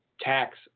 tax